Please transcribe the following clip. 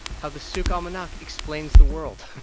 how the souk al-manakh explains the world